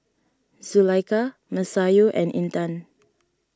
Zulaikha Masayu and Intan